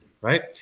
Right